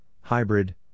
hybrid